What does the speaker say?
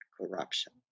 corruption